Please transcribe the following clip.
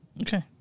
Okay